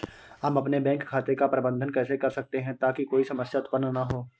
हम अपने बैंक खाते का प्रबंधन कैसे कर सकते हैं ताकि कोई समस्या उत्पन्न न हो?